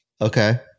Okay